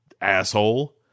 asshole